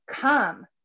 come